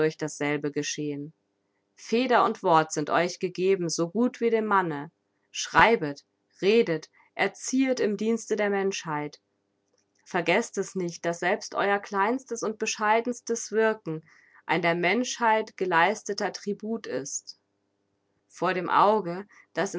dasselbe geschehen feder und wort sind euch gegeben so gut wie dem manne schreibet redet erziehet im dienste der menschheit vergeßt es nicht daß selbst euer kleinstes und bescheidenstes wirken ein der menschheit geleisteter tribut ist vor dem auge das